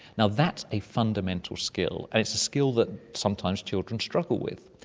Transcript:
and that's a fundamental skill and it's a skill that sometimes children struggle with.